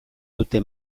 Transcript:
dute